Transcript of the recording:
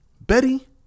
Betty